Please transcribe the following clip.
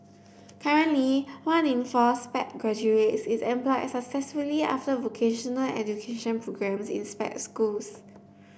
currently one in four Sped graduates is employed successfully after vocational education programmes in Sped schools